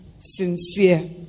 sincere